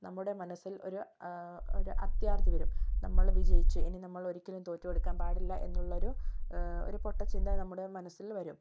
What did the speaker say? നമ്മുടെ മനസ്സിൽ ഒരു ഒരു അത്യാർത്തി വരും നമ്മൾ വിജയിച്ചു ഇനി നമ്മൾ ഒരിക്കലും തോറ്റ് കൊടുക്കാൻ പാടില്ല എന്നുള്ളൊരു ഒരു പൊട്ട ചിന്ത നമ്മുടെ മനസ്സിൽ വരും